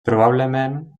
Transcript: probablement